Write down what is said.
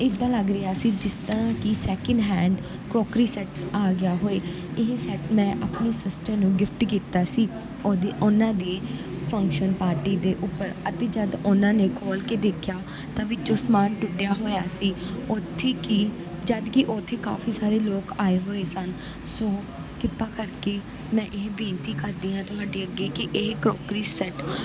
ਇੱਦਾਂ ਲੱਗ ਰਿਹਾ ਸੀ ਜਿਸ ਤਰ੍ਹਾਂ ਕਿ ਸੈਕਿੰਡ ਹੈਂਡ ਕਰੋਕਰੀ ਸੈੱਟ ਆ ਗਿਆ ਹੋਏ ਇਹ ਸੈੱਟ ਮੈਂ ਆਪਣੀ ਸਿਸਟਰ ਨੂੰ ਗਿਫਟ ਕੀਤਾ ਸੀ ਉਹਦੇ ਉਹਨਾਂ ਦੇ ਫੰਕਸ਼ਨ ਪਾਰਟੀ ਦੇ ਉੱਪਰ ਅਤੇ ਜਦ ਉਹਨਾਂ ਨੇ ਖੋਲ੍ਹ ਕੇ ਦੇਖਿਆ ਤਾਂ ਵਿੱਚੋਂ ਸਮਾਨ ਟੁੱਟਿਆ ਹੋਇਆ ਸੀ ਉੱਥੇ ਕਿ ਜਦਕਿ ਉੱਥੇ ਕਾਫੀ ਸਾਰੇ ਲੋਕ ਆਏ ਹੋਏ ਸਨ ਸੋ ਕਿਰਪਾ ਕਰਕੇ ਮੈਂ ਇਹ ਬੇਨਤੀ ਕਰਦੀ ਹਾਂ ਤੁਹਾਡੇ ਅੱਗੇ ਕਿ ਇਹ ਕਰੋਕਰੀ ਸੈੱਟ